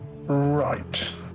Right